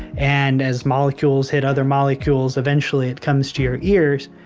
and as molecules hit other molecules, eventually, it comes to your ears.